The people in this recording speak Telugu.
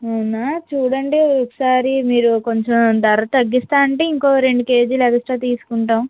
అవునా చూడండి ఒకసారి మీరు కొంచెం ధర తగ్గిస్తాను అంటే ఇంకో రెండు కేజీలు ఎక్స్ట్రా తీసుకుంటాం